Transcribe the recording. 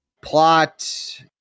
plot